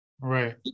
Right